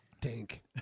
dink